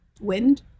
wind